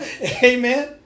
Amen